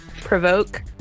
provoke